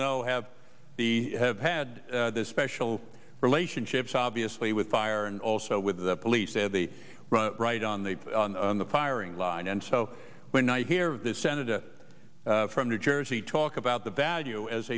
know have the have had the special relationships obviously with fire and also with the police they have the right on the firing line and so when i hear the senator from new jersey talk about the value as